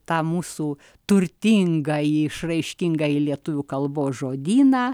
tą mūsų turtingąjį išraiškingąjį lietuvių kalbos žodyną